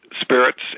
spirits